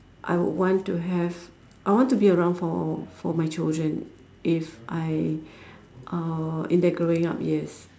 I want to have I want to be around for for my children if I uh in their growing up years